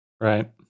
Right